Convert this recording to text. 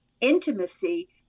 intimacy